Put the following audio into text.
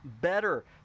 better